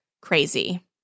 crazy